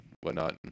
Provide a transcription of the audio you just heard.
whatnot